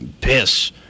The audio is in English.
piss